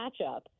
matchup